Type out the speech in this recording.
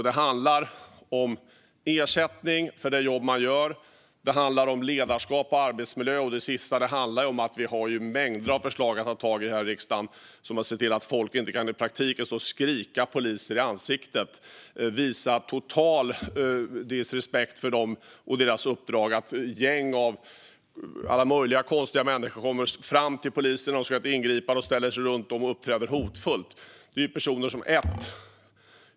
Det handlar om ersättning för det jobb man gör. Och det handlar om ledarskap och arbetsmiljö. När det gäller det sistnämnda har vi i riksdagen mängder av förslag att ta tag i, som att se till att folk inte kan stå och i praktiken skrika poliser i ansiktet och vara totalt respektlösa mot dem och deras uppdrag. Gäng av alla möjliga konstiga människor kommer fram till, ställer sig runt och uppträder hotfullt mot poliser som ska göra ett ingripande.